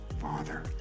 father